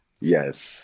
yes